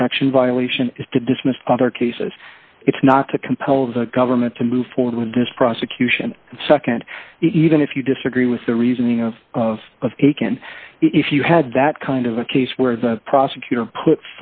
protection violation is to dismiss other cases it's not to compel the government to move forward with this prosecution and nd even if you disagree with the reasoning of akin if you had that kind of a case where the prosecutor put